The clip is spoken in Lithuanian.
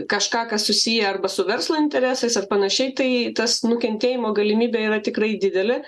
kažką kas susiję arba su verslo interesais ar panašiai tai tas nukentėjimo galimybė yra tikrai didelė